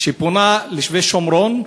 שפונה לשבי-שומרון,